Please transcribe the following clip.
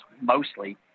mostly